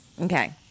Okay